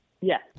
Yes